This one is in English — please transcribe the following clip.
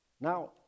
Now